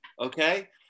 Okay